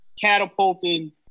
catapulting